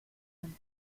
and